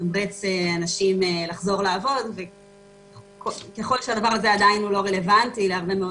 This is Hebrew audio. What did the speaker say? לעודד אנשים לחזור לעבוד וככל שהדבר הזה עדיין לא רלוונטי להרבה מאוד